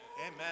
Amen